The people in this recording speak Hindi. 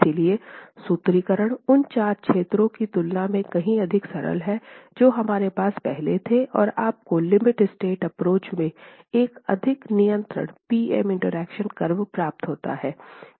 इसलिए सूत्रीकरण उन चार क्षेत्रों की तुलना में कहीं अधिक सरल है जो हमारे पास पहले थे और आपको लिमिट स्टेट एप्रोच में एक अधिक निरंतर पी एम इंटरेक्शन कर्व प्राप्त होता है